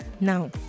Now